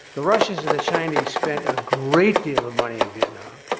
the russians and the chinese spent a great deal of money in vietnam.